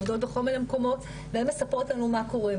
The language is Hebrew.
עובדות בכל מיני מקומות והן מספרו לנו מה קורה,